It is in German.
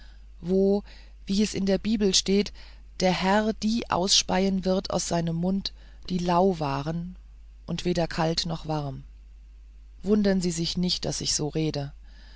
wo wie es in der bibel steht der herr die ausspeien wird aus seinem munde die lau waren und weder kalt noch warm wundern sie sich nicht daß ich so rede